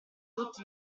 tutti